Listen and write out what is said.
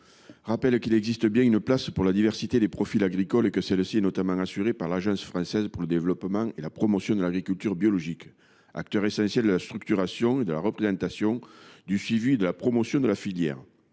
rappeler qu’il existe une place pour la diversité des profils agricoles. Ce pluralisme est notamment garanti par l’Agence française pour le développement et la promotion de l’agriculture biologique, dite Agence Bio, acteur essentiel de la structuration, de la représentation, du suivi et de la promotion de la filière.